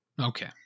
Okay